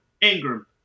Ingram